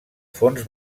fons